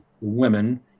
women